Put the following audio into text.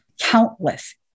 countless